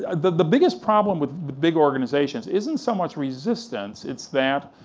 and the the biggest problem with the big organizations isn't so much resistance, it's that